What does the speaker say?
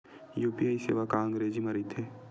UPI सेवा का अंग्रेजी मा रहीथे?